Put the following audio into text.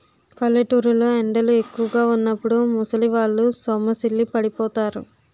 పల్లెటూరు లో ఎండలు ఎక్కువుగా వున్నప్పుడు ముసలివాళ్ళు సొమ్మసిల్లి పడిపోతారు